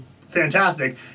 fantastic